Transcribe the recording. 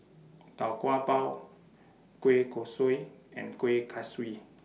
Tau Kwa Pau Kueh Kosui and Kueh Kaswi